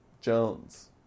Jones